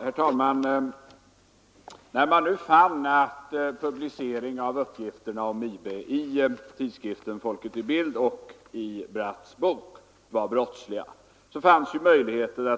Herr talman! När man nu fann att publiceringen av uppgifterna om IB i tidskriften Folket i Bild/Kulturfront och i Peter Bratts bok var brottslig kunde det ju bli fråga